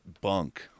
bunk